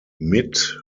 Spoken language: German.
mit